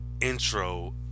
intro